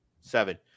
seven